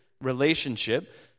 relationship